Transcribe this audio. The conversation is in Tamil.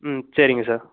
ம் சரிங்க சார்